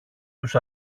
τους